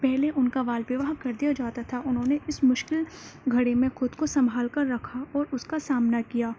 پہلے ان کا بال وواہ کر دیا جاتا تھا انہوں نے اس مشکل گھڑی میں خود کو سنبھال کر رکھا اور اس کا سامنا کیا